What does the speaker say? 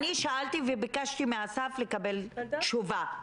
אני שאלתי וביקשתי מאסף לקבל תשובה.